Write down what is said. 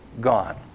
gone